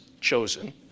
chosen